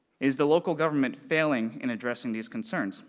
is the local government failing in addressing these concerns,